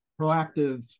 proactive